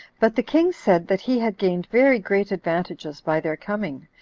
but the king said that he had gained very great advantages by their coming,